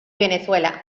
venezuela